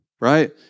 right